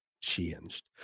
changed